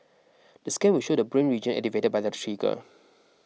the scan will show the brain region activated by the trigger